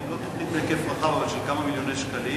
זאת לא תוכנית בהיקף רחב אבל התחלנו בכמה מיליוני שקלים,